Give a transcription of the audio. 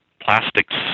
plastics